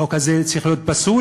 החוק הזה צריך להיות פסול.